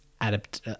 adapt